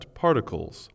particles